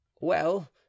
Well